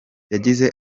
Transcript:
yagize